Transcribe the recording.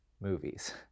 movies